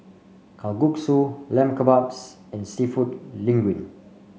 Kalguksu Lamb Kebabs and seafood Linguine